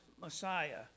Messiah